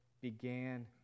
began